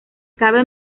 cabe